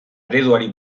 ereduari